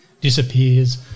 disappears